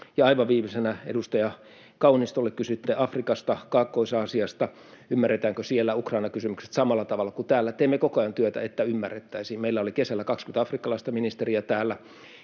aivan viimeisenä edustaja Kaunistolle: Kysyitte Afrikasta, Kaakkois-Aasiasta, siitä, ymmärretäänkö siellä Ukraina-kysymykset samalla tavalla kuin täällä. Teemme koko ajan työtä, että ymmärrettäisiin. Meillä oli kesällä 20 afrikkalaista ministeriä täällä,